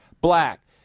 black